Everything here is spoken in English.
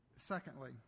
Secondly